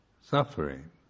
suffering